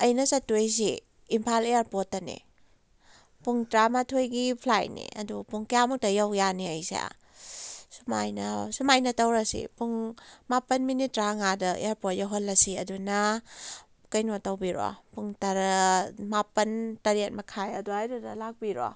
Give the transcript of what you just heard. ꯑꯩꯅ ꯆꯠꯇꯣꯏꯁꯤ ꯏꯝꯐꯥꯜ ꯑꯦꯌꯥꯔꯄꯣꯔꯠꯇꯅꯦ ꯄꯨꯡ ꯇꯔꯥꯃꯊꯣꯏꯒꯤ ꯐ꯭ꯂꯥꯏꯠꯅꯦ ꯑꯗꯨ ꯄꯨꯡ ꯀꯌꯥꯃꯨꯛꯇ ꯌꯧ ꯌꯥꯅꯤ ꯑꯩꯁꯦ ꯁꯨꯃꯥꯏꯅ ꯁꯨꯃꯥꯏꯅ ꯇꯧꯔꯁꯦ ꯄꯨꯡ ꯃꯥꯄꯟ ꯃꯤꯅꯤꯠ ꯇꯔꯥꯃꯉꯥꯗ ꯑꯦꯌꯥꯔꯄꯣꯔꯠ ꯌꯧꯍꯜꯂꯁꯤ ꯑꯗꯨꯅ ꯀꯩꯅꯣ ꯇꯧꯕꯤꯔꯣ ꯄꯨꯡ ꯇꯔꯥ ꯃꯥꯄꯟ ꯇꯔꯦꯠ ꯃꯈꯥꯏ ꯑꯗꯨꯋꯥꯏꯗꯨꯗ ꯂꯥꯛꯄꯤꯔꯣ